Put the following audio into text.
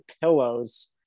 pillows